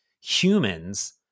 humans